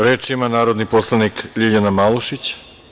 Reč ima narodni poslanik Ljiljana Malušić.